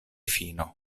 fino